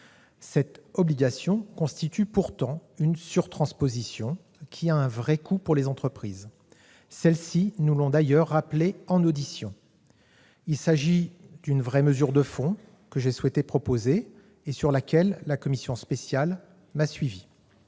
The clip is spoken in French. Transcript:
Cette obligation constitue pourtant une surtransposition qui a un vrai coût pour les entreprises, qui nous l'ont d'ailleurs signalé en audition. Il s'agit d'une vraie mesure de fond, que j'ai proposée et sur laquelle la commission spéciale m'a suivi.